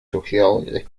sociology